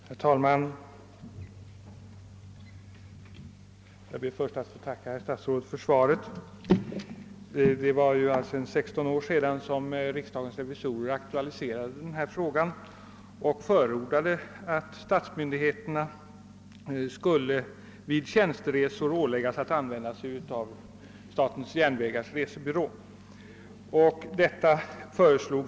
Herr talman! Jag ber att få tacka herr statsrådet för svaret. Det är alltså 16 år sedan riksdagens revisorer aktualiserade denna fråga och förordade att de statliga myndigheternas tjänstemän vid tjänsteresor skulle åläggas att använda sig av SJ:s resebyråer.